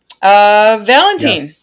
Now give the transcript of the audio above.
Valentine